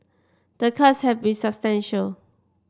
the cuts have been substantial